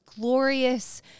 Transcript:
glorious